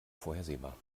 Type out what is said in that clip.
vorhersehbar